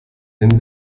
wenn